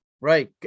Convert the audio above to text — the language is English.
right